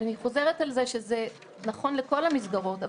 אבל אני חוזרת על זה שזה נכון לכל המסגרות.